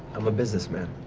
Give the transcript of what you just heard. um a businessman.